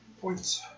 points